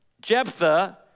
Jephthah